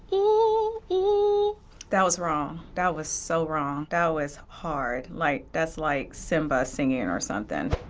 ooh, ooh that was wrong. that was so wrong. that was hard. like that's like simba singing or something.